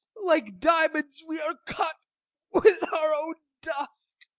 like diamonds, we are cut with our own dust.